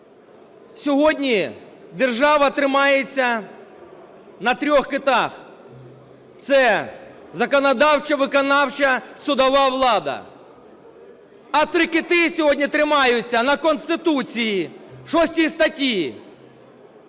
сьогодні держава тримається на трьох китах – це законодавча, виконавча, судова влада. А три кити сьогодні тримаються на Конституції, 6 статті,